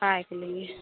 खाइके लिए